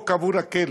פה קבור הכלב.